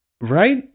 Right